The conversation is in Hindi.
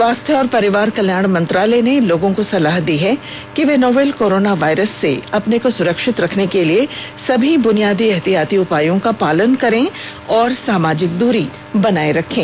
स्वास्थ्य और परिवार कल्याण मंत्रालय ने लोगो को सलाह दी है कि वे नोवल कोरोना वायरस से अपने को सुरक्षित रखने के लिए सभी बुनियादी एहतियाती उपायों का पालन करें और सामाजिक दूरी बनाए रखें